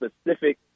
specific